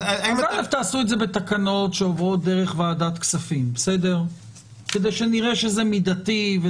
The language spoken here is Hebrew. אז תעשו את זה בתקנות שעוברות דרך ועדת כספים כדי שנראה שזה מידתי.